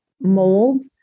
mold